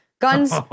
Guns